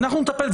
ואנחנו נטפל בזה,